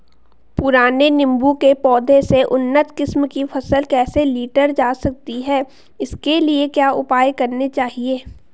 पुराने नीबूं के पौधें से उन्नत किस्म की फसल कैसे लीटर जा सकती है इसके लिए क्या उपाय करने चाहिए?